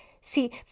See